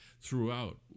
throughout